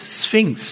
sphinx